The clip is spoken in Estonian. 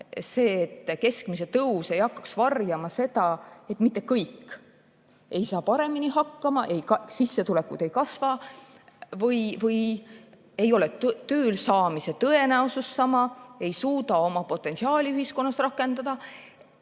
see, et keskmise tõus ei hakkaks varjama seda, et mitte kõik ei saa paremini hakkama, sissetulekud ei kasva või ei ole töösaamise tõenäosus sama, nad ei suuda oma potentsiaali ühiskonnas rakendada.